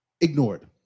ignored